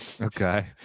Okay